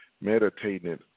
meditating